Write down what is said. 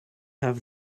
have